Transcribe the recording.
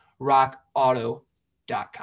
rockauto.com